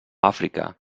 àfrica